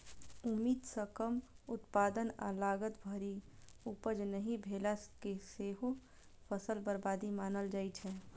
उम्मीद सं कम उत्पादन आ लागत भरि उपज नहि भेला कें सेहो फसल बर्बादी मानल जाइ छै